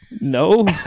No